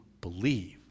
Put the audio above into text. believe